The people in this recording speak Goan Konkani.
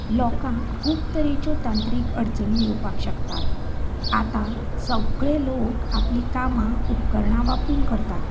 लोकांक खूब तरेच्यो तांत्रीक अडचणी येवपाक शकतात आतां सगळे लोक आपलीं कामां उपकरणां वापरून करतात